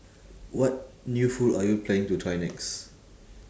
what new food are you planning to try next